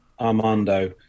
Armando